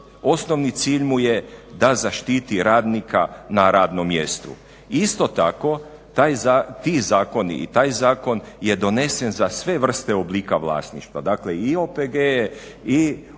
osnovni cilj mu je da zaštiti radnika na radnom mjestu. Isto tako ti zakoni i taj zakon je donesen za sve vrste oblika vlasništva, dakle i OPG-e i obrte